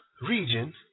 region